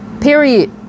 period